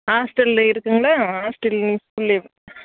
ஹாஸ்டலில் இருக்குதுங்களா ஹாஸ்டலேயே ஸ்கூல்